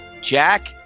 Jack